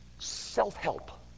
Self-help